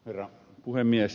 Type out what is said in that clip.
herra puhemies